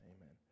Amen